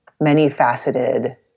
many-faceted